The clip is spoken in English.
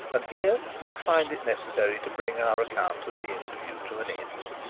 and here we find it necessary to bring our account of the interview to an end.